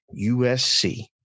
USC